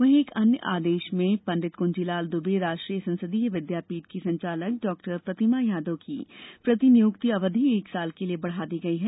वहीं एक अन्य आदेश में पंड़ित कुजीलाल दुबे राष्ट्रीय संसदीय विद्यापीठ की संचालक डॉक्टर प्रतिमा यादव की प्रतिनियुक्ति अवधि एक वर्ष के लिए बढ़ा दी गई है